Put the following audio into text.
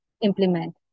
implement